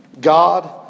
God